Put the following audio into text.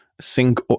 sync